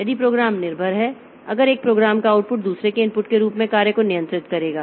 यदि प्रोग्राम निर्भर हैं अगर एक प्रोग्राम का आउटपुट दूसरे के इनपुट के रूप में कार्य को नियंत्रित करेगा